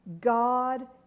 God